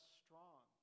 strong